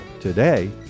Today